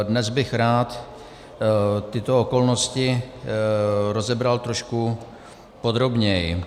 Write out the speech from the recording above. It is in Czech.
Dnes bych rád tyto okolnosti rozebral trošku podrobněji.